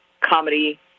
comedy